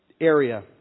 area